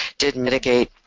did mitigate